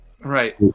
Right